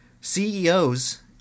CEOs